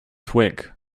twig